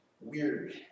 weird